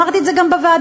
אמרתי את זה גם בוועדה.